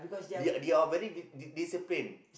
they are they are very di~ disciplined